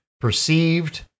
perceived